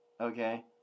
Okay